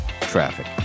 Traffic